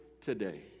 today